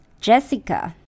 Jessica